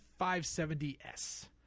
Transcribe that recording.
570S